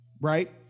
Right